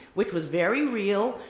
which was very real,